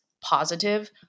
positive